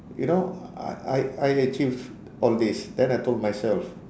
you know I I I achieved all this then I told myself